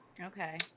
Okay